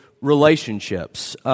relationships